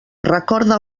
recorda